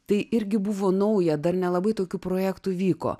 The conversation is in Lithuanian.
tai irgi buvo nauja dar nelabai tokių projektų vyko